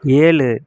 ஏழு